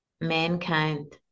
Mankind